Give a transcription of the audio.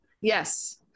Yes